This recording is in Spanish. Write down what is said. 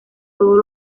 todos